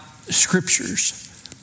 scriptures